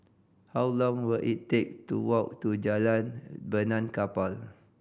how long will it take to walk to Jalan Benaan Kapal